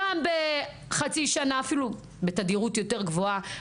פעם בחצי שנה, אפילו בתדירות יותר גבוהה.